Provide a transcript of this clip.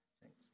Thanks